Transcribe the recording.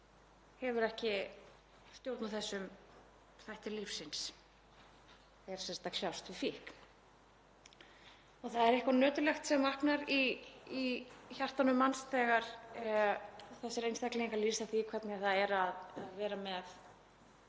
hefur ekki stjórn á þessum þætti lífsins, er að kljást við fíkn. Það er eitthvað nöturlegt sem vaknar í hjartanu manns þegar þessir einstaklingar lýsa því hvernig það er að vera með